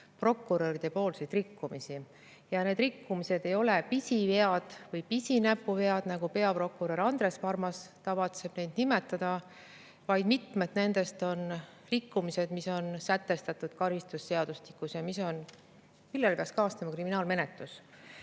prokuröridepoolseid rikkumisi. Ja need rikkumised ei ole pisivead või pisinäpuvead, nagu peaprokurör Andres Parmas tavatseb neid nimetada. Mitmed nendest on rikkumised, mis on sätestatud karistusseadustikus ja millega peaks kaasnema kriminaalmenetlus.